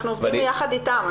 אנחנו עובדים יחד איתם.